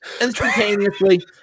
instantaneously